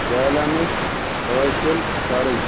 balance حٲصِل کرٕنۍ